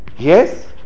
Yes